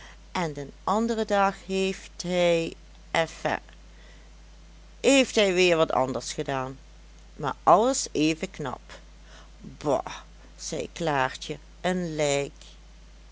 en den anderen dag heeft hij enfin heeft hij weer wat anders gedaan maar alles even knap ba zei klaartje een lijk